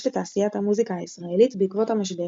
לתעשיית המוזיקה הישראלית בעקבות המשבר